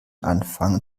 anfangen